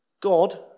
God